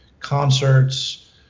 concerts